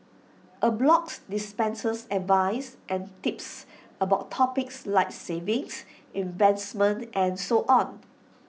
A blog dispenses advice and tips about topics like savings investment and so on